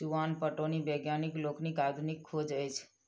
चुआन पटौनी वैज्ञानिक लोकनिक आधुनिक खोज अछि